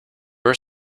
are